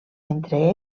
entre